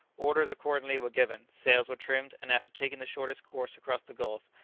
orders accordingly were given sails were trimmed and after taking the shortest course across the gulf,